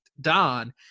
Don